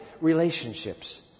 relationships